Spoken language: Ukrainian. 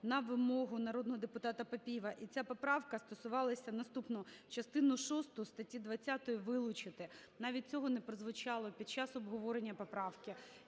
на вимогу народного депутата Папієва. І ця поправка стосувалася наступного: "Частину шосту статті 20 вилучити". Навіть цього не прозвучало під час обговорення поправки.